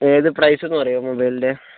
ഏത് പ്രൈസൊന്ന് പറയുവോ മൊബൈലിൻ്റെ